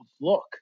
look